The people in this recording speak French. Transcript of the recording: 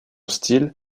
style